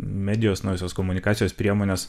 medijos naujosios komunikacijos priemonės